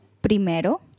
primero